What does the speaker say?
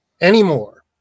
anymore